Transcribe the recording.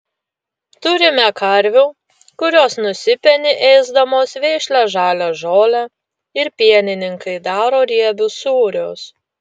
turime karvių kurios nusipeni ėsdamos vešlią žalią žolę ir pienininkai daro riebius sūrius